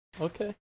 Okay